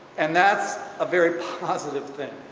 and that's a very positive thing!